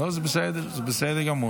לא, זה בסדר גמור.